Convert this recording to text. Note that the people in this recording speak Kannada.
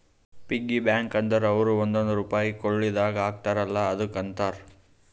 ಪಿಗ್ಗಿ ಬ್ಯಾಂಕ ಅಂದುರ್ ಅವ್ರು ಒಂದೊಂದ್ ರುಪೈ ಕುಳ್ಳಿದಾಗ ಹಾಕ್ತಾರ ಅಲ್ಲಾ ಅದುಕ್ಕ ಅಂತಾರ